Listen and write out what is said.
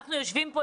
אנחנו יושבים פה,